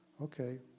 okay